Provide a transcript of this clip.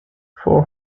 for